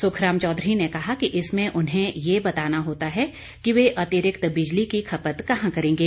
सुखराम चौधरी ने कहा कि इसमें उन्हें यह बताना होता है कि वे अतिरिक्त बिजली की खपत कहां करेंगे